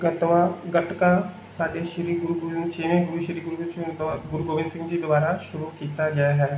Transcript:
ਗਤਵਾ ਗੱਤਕਾ ਸਾਡੇ ਸ਼੍ਰੀ ਗੁਰੂ ਗੋਬਿੰਦ ਛੇਵੇਂ ਗੁਰੂ ਸ਼੍ਰੀ ਗੁਰੂ ਗੋਬਿੰਦ ਸਿੰਘ ਜੀ ਦੁਆਰਾ ਸ਼ੁਰੂ ਕੀਤਾ ਗਿਆ ਹੈ